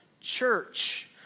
church